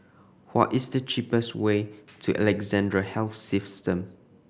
what is the cheapest way to Alexandra Health System